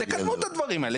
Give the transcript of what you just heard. תקדמו את הדברים האלה,